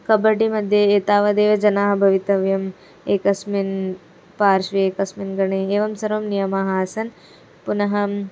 कबड्डि मध्ये एतावदेव जनाः भवितव्यम् एकस्मिन् पार्श्वे एकस्मिन् गणे एवं सर्वं नियमाः आसन् पुनः अहं